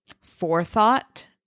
forethought